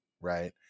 right